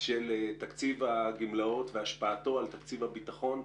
של תקציב הגמלאות והשפעתו על תקציב הביטחון,